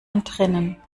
entrinnen